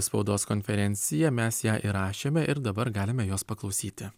spaudos konferenciją mes ją įrašėme ir dabar galime jos paklausyti